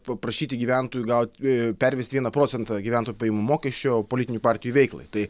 paprašyti gyventojų gauti pervesti vieną procentą gyventojų pajamų mokesčio politinių partijų veiklai tai